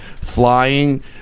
flying